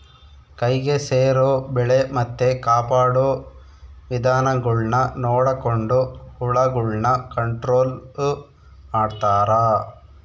ಕೈಗೆ ಸೇರೊ ಬೆಳೆ ಮತ್ತೆ ಕಾಪಾಡೊ ವಿಧಾನಗುಳ್ನ ನೊಡಕೊಂಡು ಹುಳಗುಳ್ನ ಕಂಟ್ರೊಲು ಮಾಡ್ತಾರಾ